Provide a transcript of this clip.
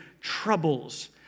troubles